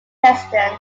president